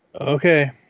okay